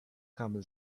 camel